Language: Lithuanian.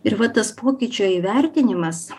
ir va tas pokyčio įvertinimas